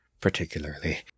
particularly